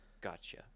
Gotcha